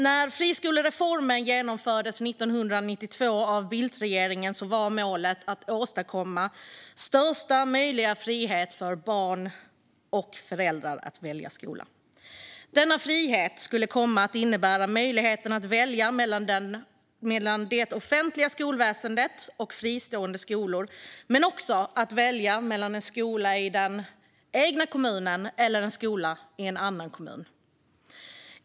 När friskolereformen genomfördes 1992 av Bildtregeringen var målet att åstadkomma största möjliga frihet för barn och föräldrar att välja skola. Denna frihet skulle komma att innebära möjligheten att välja mellan det offentliga skolväsendet och fristående skolor men också att välja mellan en skola i den egna kommunen eller en skola i en annan kommun.